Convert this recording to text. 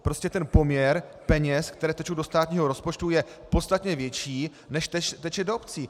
Prostě ten poměr peněz, které tečou do státního rozpočtu, je podstatně větší, než teče do obcí.